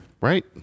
right